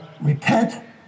repent